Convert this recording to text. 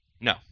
No